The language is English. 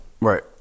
Right